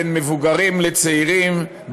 בין מבוגרים לצעירים,